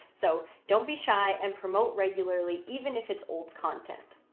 so don't be shy and promote regularly, even if it's old content.